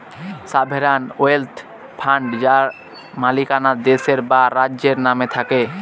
sovereign wealth fund যার মালিকানা দেশের বা রাজ্যের নামে থাকে